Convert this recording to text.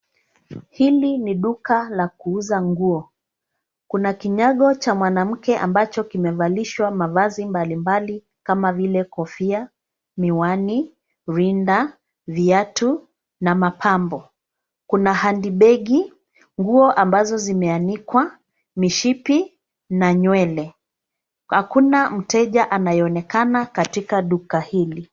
Hili ni duka la kuuza nguo. Kuna kinyago cha mwanamke ambacho kimevalishwa mavazi mbalimbali kama vile kofia, miwani, rinda, viatu na mapambo. Kuna handi begi, nguo ambazo zimeanikwa, mishipi na nywele. Hakuna mteja anayeonekana katika duka hili.